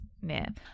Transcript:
man